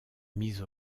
mise